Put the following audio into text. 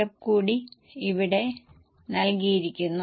ദയവായി ആ വരികൾക്ക് അടിവരയിടുക